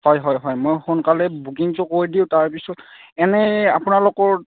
হয় হয় হয় মই সোনকালে বুকিংটো কৰি দিওঁ তাৰ পিছত এনেই আপোনালোকৰ